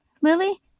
Lily